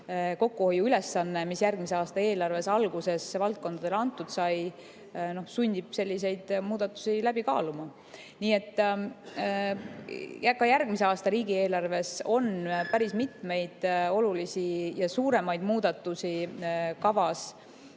kokkuhoiuülesanne, mis järgmise aasta eelarves alguses valdkondadele antud sai, sunnib selliseid muudatusi läbi kaaluma. Ka järgmise aasta riigieelarves on päris mitmeid olulisi ja suuremaid muudatusi kavas.